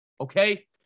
okay